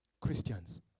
Christians